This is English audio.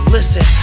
Listen